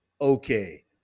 Okay